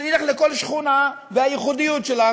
שנלך לכל שכונה והייחודיות שלה,